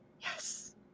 Yes